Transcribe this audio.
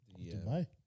Dubai